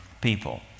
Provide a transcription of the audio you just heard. people